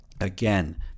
Again